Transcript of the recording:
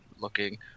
looking